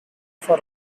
for